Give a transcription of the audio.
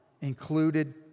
included